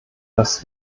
dass